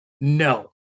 no